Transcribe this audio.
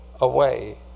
away